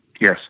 Yes